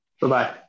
Bye-bye